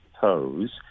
pose